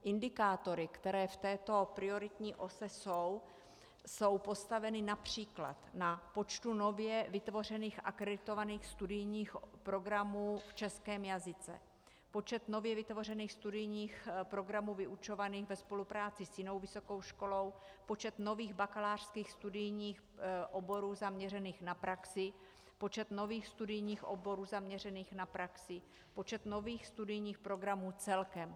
Indikátory, které v této prioritní ose jsou, jsou postaveny například na počtu nově vytvořených akreditovaných studijních programů v českém jazyce, počtu nově vytvořených studijních programů vyučovaných ve spolupráci s jinou vysokou školou, počtu nových bakalářských studijních oborů zaměřených na praxi, počtu nových studijních oborů zaměřených na praxi, počtu nových studijních programů celkem.